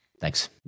Thanks